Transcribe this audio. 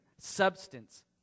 substance